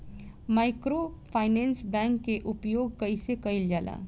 Microfinance bank के उपयोग कइसे कइल जाला?